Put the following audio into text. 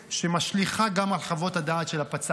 שמשליכה גם על חוות הדעת של הפצ"רית,